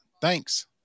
Thanks